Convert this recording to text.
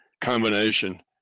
combination